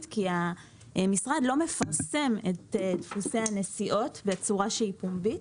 כי המשרד לא מפרסם את דפוסי הנסיעות בצורה שהיא פומבית.